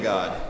God